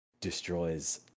destroys